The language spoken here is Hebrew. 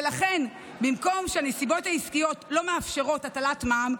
ולכן במקום שהנסיבות העסקיות לא מאפשרות הטלת מע"מ,